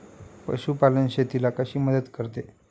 पशुपालन शेतीला कशी मदत करते?